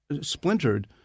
splintered